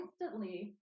instantly